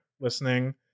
listening